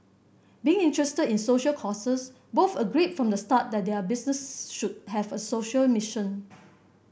being interested in social causes both agreed from the start that their business should have a social mission